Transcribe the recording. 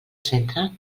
centre